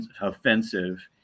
offensive